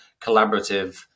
collaborative